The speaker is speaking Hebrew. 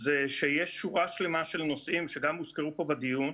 זה שיש שורה שלמה של נושאים, שגם הוזכרו פה בדיון,